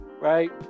right